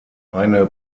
eine